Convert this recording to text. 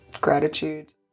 gratitude